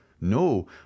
No